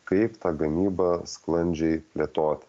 kaip tą gamybą sklandžiai plėtot